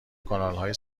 کانالهای